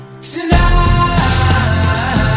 Tonight